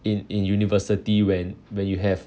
in in university when when you have